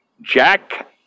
Jack